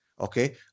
Okay